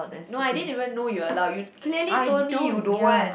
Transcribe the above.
no I didn't even know you allow you clearly told me you don't want